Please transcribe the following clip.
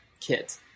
Kit